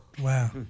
wow